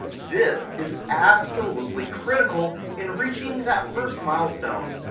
this is absolutely critical in reaching that first milestone.